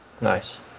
Nice